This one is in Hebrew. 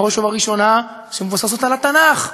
בראש ובראשונה, שמבוססות על התנ"ך,